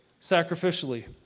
sacrificially